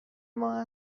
ماه